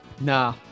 Nah